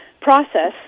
process